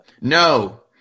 No